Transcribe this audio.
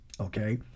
Okay